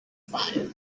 fife